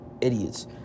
idiots